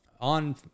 on